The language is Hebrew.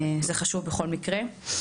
זה חשוב בכל מקרה.